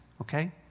Okay